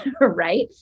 right